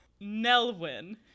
Nelwyn